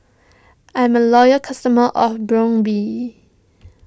I'm a loyal customer of Brown Bee